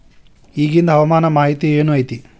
ಇಗಿಂದ್ ಹವಾಮಾನ ಮಾಹಿತಿ ಏನು ಐತಿ?